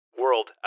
world